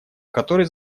который